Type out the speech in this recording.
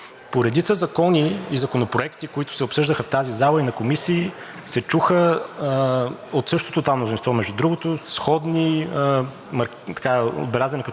По редица закони и законопроекти, които се обсъждаха в тази зала, и на комисии се чуха от същото това мнозинство, между другото, сходни, отбелязани като